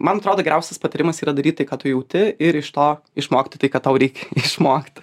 man atrodo geriausias patarimas yra daryt tai ką tu jauti ir iš to išmokti tai ką tau reikia išmokti